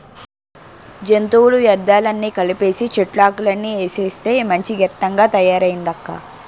జంతువుల వ్యర్థాలన్నీ కలిపీసీ, చెట్లాకులన్నీ ఏసేస్తే మంచి గెత్తంగా తయారయిందక్కా